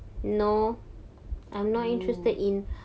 !woo!